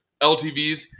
ltvs